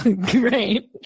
Great